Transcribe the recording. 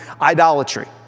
idolatry